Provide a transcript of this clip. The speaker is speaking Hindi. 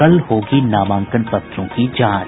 कल होगी नामांकन पत्रों की जांच